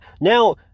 now